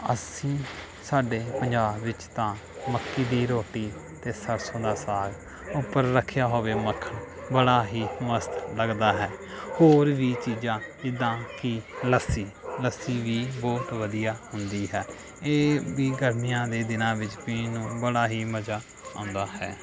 ਅਸੀਂ ਸਾਡੇ ਪੰਜਾਬ ਵਿੱਚ ਤਾਂ ਮੱਕੀ ਦੀ ਰੋਟੀ ਅਤੇ ਸਰਸੋਂ ਦਾ ਸਾਗ ਉੱਪਰ ਰੱਖਿਆ ਹੋਵੇ ਮੱਖਣ ਬੜਾ ਹੀ ਮਸਤ ਲੱਗਦਾ ਹੈ ਹੋਰ ਵੀ ਚੀਜ਼ਾਂ ਜਿੱਦਾਂ ਕਿ ਲੱਸੀ ਲੱਸੀ ਵੀ ਬਹੁਤ ਵਧੀਆ ਹੁੰਦੀ ਹੈ ਇਹ ਵੀ ਗਰਮੀਆਂ ਦੇ ਦਿਨਾਂ ਵਿੱਚ ਪੀਣ ਨੂੰ ਬੜਾ ਹੀ ਮਜ਼ਾ ਆਉਂਦਾ ਹੈ